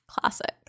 Classic